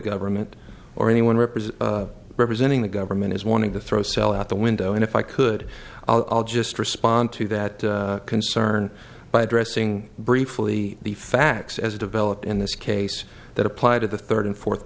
government or anyone representing representing the government is wanting to throw cell out the window and if i could i'll just respond to that concern by addressing briefly the facts as developed in this case that apply to the third and fourth